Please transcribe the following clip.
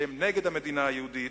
שהם נגד המדינה היהודית,